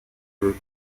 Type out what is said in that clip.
were